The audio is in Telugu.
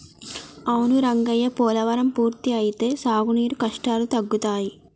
అవును రంగయ్య పోలవరం పూర్తి అయితే సాగునీరు కష్టాలు తగ్గుతాయి